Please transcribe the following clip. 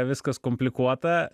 viskas komplikuota